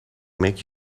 make